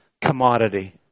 commodity